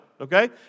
okay